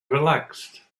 relaxed